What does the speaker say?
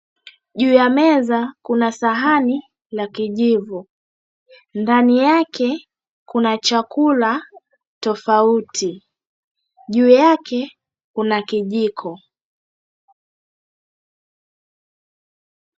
Juu ya meza kuna sahani na kijiko ndani yake kuna chakula tofauti juu yake kuna jiko.